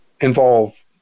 involve